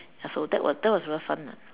so that was that was very fun lah